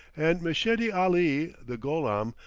and meshedi ali, the gholam,